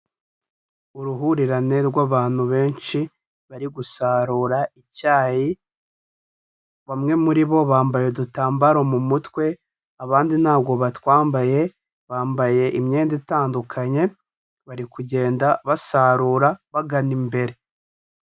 Uruhurirane rw'abantu benshi bari gusarura icyayi, bamwe muri bo bambaye udutambaro mu mutwe, abandi ntabwo batwambaye bambaye imyenda itandukanye, bari kugenda basarura bagana imbere.